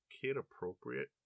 kid-appropriate